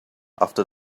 after